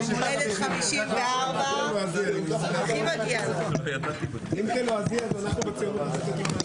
כי אמרתי: אנחנו דנים על החוק לתיקון פקודת המשטרה.